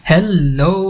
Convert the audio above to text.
Hello